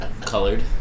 colored